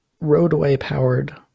roadway-powered